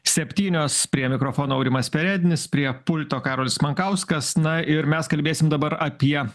septynios prie mikrofono aurimas perednis prie pulto karolis mankauskas na ir mes kalbėsim dabar apie